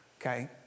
Okay